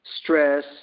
stress